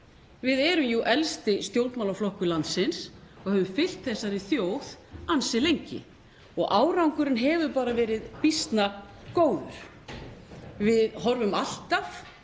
Við erum jú elsti stjórnmálaflokkur landsins og höfum fylgt þessari þjóð ansi lengi og árangurinn hefur bara verið býsna góður. Við horfum alltaf